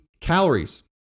calories